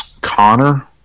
Connor